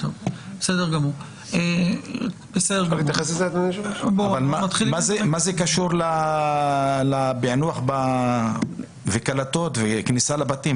מה זה קשור לפענוח קלטות וכניסה לבתים?